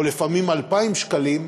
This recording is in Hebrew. או לפעמים 2,000 שקלים,